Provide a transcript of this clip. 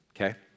okay